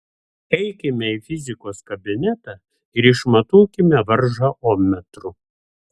eikime į fizikos kabinetą ir išmatuokime varžą ommetru